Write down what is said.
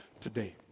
today